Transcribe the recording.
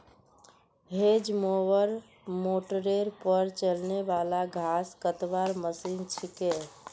hedge mower मोटरेर पर चलने वाला घास कतवार मशीन छिके